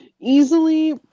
Easily